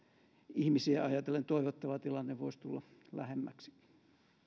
ihmisiä ajatellen toivottava tilanne voisi tulla lähemmäksi